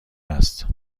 است